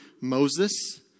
Moses